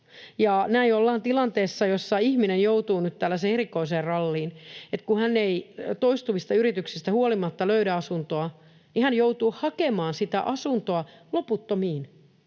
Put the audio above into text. Näin ollaan tilanteessa, jossa ihminen joutuu nyt tällaiseen erikoiseen ralliin, että kun hän ei toistuvista yrityksistä huolimatta löydä asuntoa, niin hän joutuu hakemaan sitä asuntoa loputtomiin,